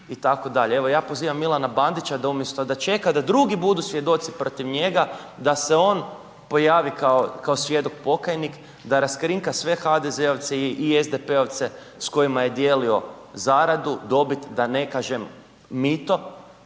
sustavu itd. Evo ja pozivam Milana Bandića da umjesto da čeka da drugi budu svjedoci protiv njega, da se on pojavi kao svjedok pokajnik, a raskrinka sve HDZ-ovce i SDP-ovce s kojima je dijelio zaradu, dobit, da ne kažem mito